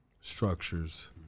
structures